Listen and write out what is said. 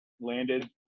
landed